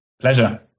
Pleasure